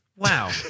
Wow